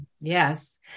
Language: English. Yes